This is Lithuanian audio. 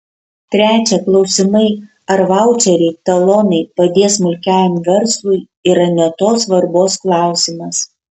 trečia klausimai ar vaučeriai talonai padės smulkiajam verslui yra ne tos svarbos klausimas